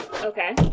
Okay